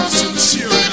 sincere